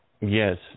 Yes